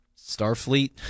Starfleet